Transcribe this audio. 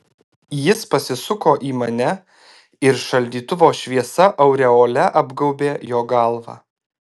jis pasisuko į mane ir šaldytuvo šviesa aureole apgaubė jo galvą